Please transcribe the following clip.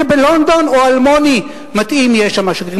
בלונדון או אלמוני מתאים יהיה שם השגריר.